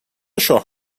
شاه